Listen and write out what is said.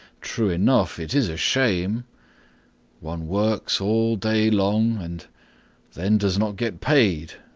true enough, it is a shame one works all day long, and then does not get paid.